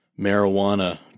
marijuana